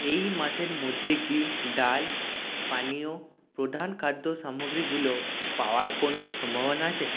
এই মাসের মধ্যে কি ডাল পানীয় প্রধান খাদ্য সামগ্রীগুলো পাওয়ার কোনও সম্ভাবনা আছে